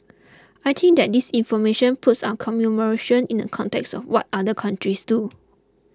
I think that this information puts our commemoration in the context of what other countries do